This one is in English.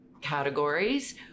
categories